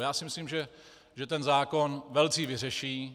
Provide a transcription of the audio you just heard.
Já si myslím, že ten zákon velcí vyřeší.